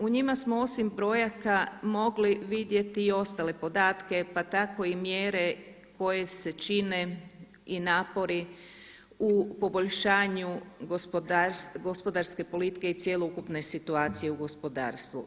U njima smo osim brojaka mogli vidjeti i ostale podatke, pa tako i mjere koje se čine i napori u poboljšanju gospodarske politike i cjelokupne situacije u gospodarstvu.